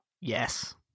Yes